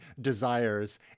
desires